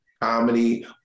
comedy